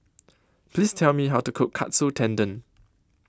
Please Tell Me How to Cook Katsu Tendon